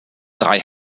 drei